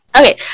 okay